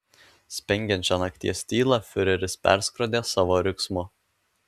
spengiančią nakties tylą fiureris perskrodė savo riksmu